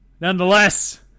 nonetheless